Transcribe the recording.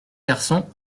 garçon